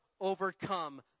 overcome